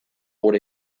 gure